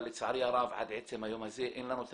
אבל לצערי הרב עד עצם היום הזה אין לנו את